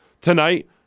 tonight